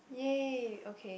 ya okay